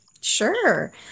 Sure